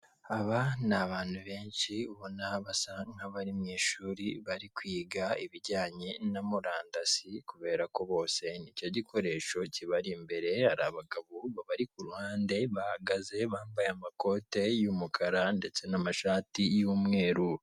Aba ni abantu benshi, ubona basa n'abari mu ishuri, bari kwiga ibijyanye na murandasi, kubera ko bose ni cyo gikoresho kibari imbere, hari abagabo babari ku ruhande, bahagaze, bambaye amakote y'umukara ndetse n'amashati y'umweru.